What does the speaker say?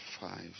five